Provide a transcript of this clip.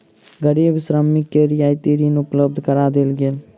गरीब श्रमिक के रियायती ऋण उपलब्ध करा देल गेल